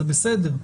זה בסדר.